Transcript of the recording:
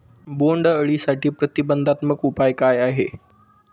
बोंडअळीसाठी प्रतिबंधात्मक उपाय काय आहेत?